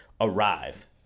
arrive